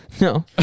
No